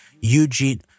Eugene